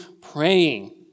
praying